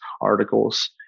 articles